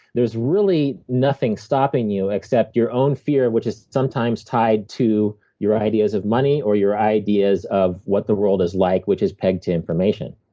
there's really nothing stopping you except your own fear, which is sometimes tied to your ideas of money, or your ideas of what the world is like, which is pegged to information.